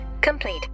complete